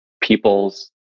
people's